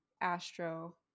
Astro